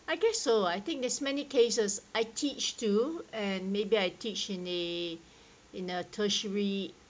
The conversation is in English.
I guess so I think there's many cases I teach too and maybe I teach in the in a tertiary